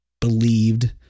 believed